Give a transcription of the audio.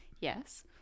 yes